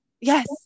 Yes